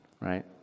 right